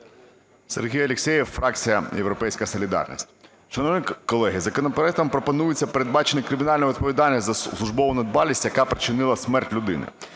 Сергій Алєксєєв, фракція "Європейська солідарність". Шановні колеги, законопроектом пропонується передбачити кримінальну відповідальність за службову недбалість, яка спричинила смерть людини.